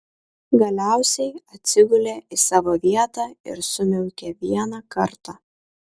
galiausiai atsigulė į savo vietą ir sumiaukė vieną kartą